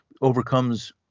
overcomes